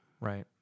Right